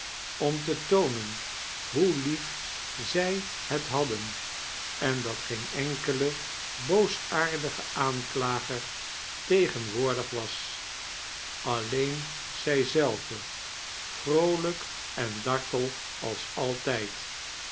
om te toonen hoe lief zij het hadden en dat geen enkele boosaardige aanklager tegenwoordig was alleen zij zelve vroolipk en dartel als altijd